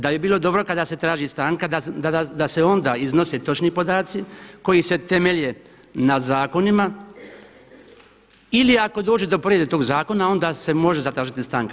Da bi bilo dobro kada se traži stanka da se onda iznose točni podaci koji se temelje na zakonima ili ako dođe do provedbe toga zakona onda se može zatražiti stanka.